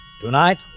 Tonight